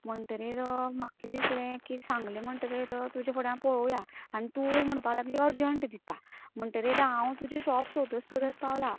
म्हणतरीत म्हाकां किदें दिसलें सांगलें म्हणतगीर तुजफुड्या पळया आनी तूं म्हणपाक लागली अरजंट दिता म्हणतगीर हांव तुजें सॉप सोदत सोदत पावला